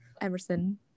Emerson